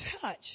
touch